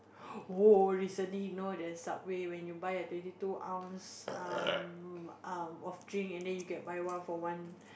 oh recently know the subway when you buy a twenty two ounce um um of drink and then you can buy one for one